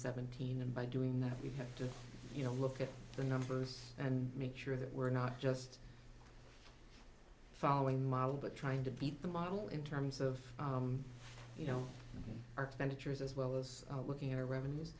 seventeen and by doing that we have to you know look at the numbers and make sure that we're not just following the model but trying to beat the model in terms of you know our expenditures as well as looking at our revenues